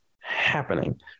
happening